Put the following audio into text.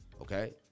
okay